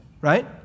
right